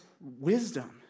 wisdom